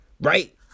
right